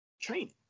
training